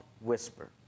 whisper